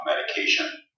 medication